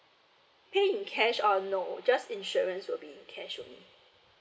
pay in cash uh no just insurance will be in cash only